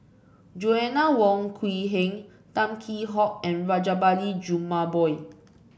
Joanna Wong Quee Heng Tan Kheam Hock and Rajabali Jumabhoy